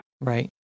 Right